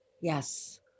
yes